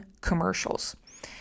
commercials